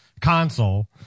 console